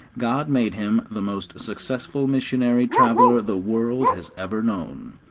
god made him the most successful missionary-traveller the world has ever known,